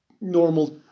normal